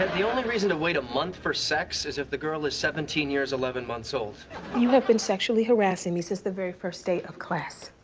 and the only reason to wait a month for sex, is if the girl is seventeen years eleven months old. shirley you have been sexually harassing me since the very first day of class.